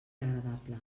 agradable